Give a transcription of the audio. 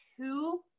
two